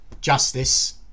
justice